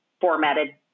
formatted